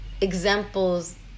examples